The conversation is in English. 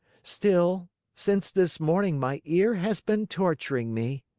still, since this morning my ear has been torturing me.